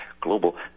global